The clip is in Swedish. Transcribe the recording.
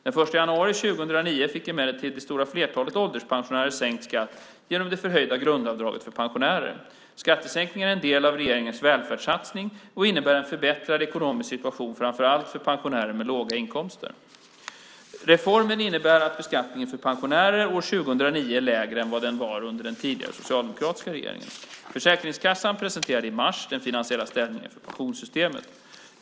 Den 1 januari 2009 fick emellertid det stora flertalet ålderspensionärer sänkt skatt genom det förhöjda grundavdraget för pensionärer. Skattesänkningen är en del av regeringens välfärdssatsning och innebär en förbättrad ekonomisk situation framför allt för pensionärer med låga inkomster. Reformen innebär att beskattningen för pensionärer år 2009 är lägre än vad den var under den tidigare socialdemokratiska regeringen. Försäkringskassan presenterade i mars den finansiella ställningen för pensionssystemet.